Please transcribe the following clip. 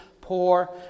poor